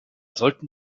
sollten